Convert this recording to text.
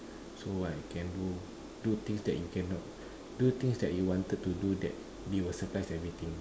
so I can do do things that you cannot do things that you wanted to do that will surprise everything